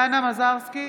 מזרסקי,